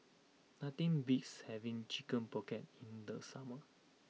nothing beats having Chicken Pocket in the summer